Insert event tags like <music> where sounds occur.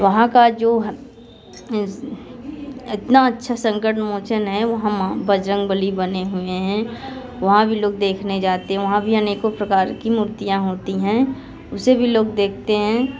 वहाँ का जो इतना अच्छा संकट मोचन है <unintelligible> बजरंगबली बने हुए हैं वहाँ भी लोग देखने जाते हैं वहाँ भी अनेकों प्रकार की मूर्तियाँ होती हैं उसे भी लोग देखते हैं